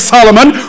Solomon